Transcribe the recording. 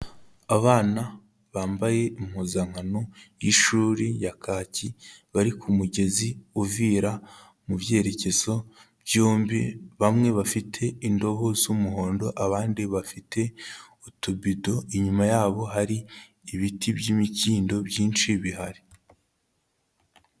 Abana bambaye impuzankano y'ishuri ya kaki, bari ku mugezi uvira mu byerekezo byombi, bamwe bafite indobo z'umuhondo, abandi bafite utubido, inyuma yabo hari ibiti by'imikindo byinshi bihari.